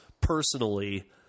personally